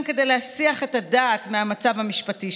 נוכח אוסאמה סעדי, נגד גדעון סער, בעד מנסור עבאס,